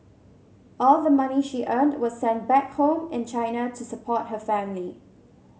all the money she earned was sent back home in China to support her family